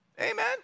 Amen